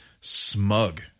smug